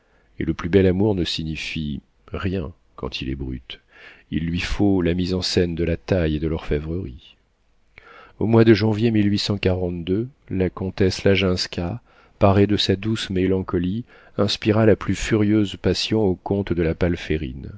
et le plus bel amour ne signifie rien quand il est brut il lui faut la mise en scène de la taille et de l'orfévrerie au mois de janvier la comtesse laginska parée de sa douce mélancolie inspira la plus furieuse passion au comte de la